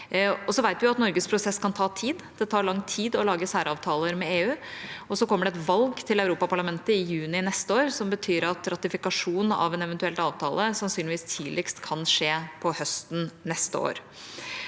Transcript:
Så vet vi at Norges prosess kan ta tid. Det tar lang tid å lage særavtaler med EU, og så kommer det et valg til Europaparlamentet i juni neste år som betyr at ratifikasjon av en eventuell avtale sannsynligvis tidligst kan skje på høsten neste år.